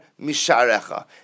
Misharecha